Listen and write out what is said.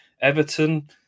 Everton